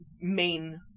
main